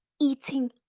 Eating